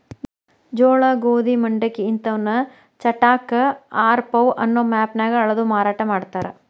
ಜೋಳ, ಗೋಧಿ, ಮಂಡಕ್ಕಿ ಇಂತವನ್ನ ಚಟಾಕ, ಆರಪೌ ಅನ್ನೋ ಮಾಪನ್ಯಾಗ ಅಳದು ಮಾರಾಟ ಮಾಡ್ತಾರ